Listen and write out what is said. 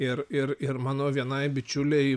ir ir ir mano vienai bičiulei